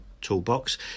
toolbox